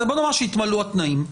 בוא נאמר שהתמלאו התנאים,